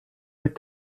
est